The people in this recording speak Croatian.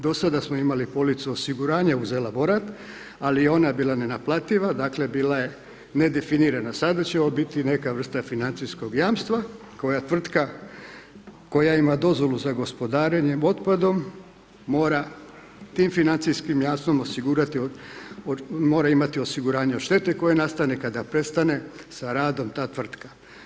Do sada smo imali policu osiguranja uz elaborat, ali ona je bila nenaplativa, dakle, bila je nedefinirana, sada će ovo biti neka vrsta financijskog jamstva, koja tvrtka, koja ima dozvolu za gospodarenjem otpadom, mora tim financijskim jamstvom osigurati, mora imati osiguranje od štete koje nastane kada prestane sa radom ta tvrtka.